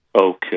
Okay